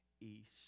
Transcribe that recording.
east